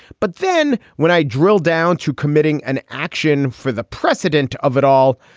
but then when i drill down to committing an action for the precedent of it all,